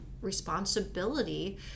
responsibility